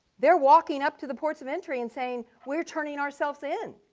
they're walking up to the ports of entry and saying we're turning ourselves in.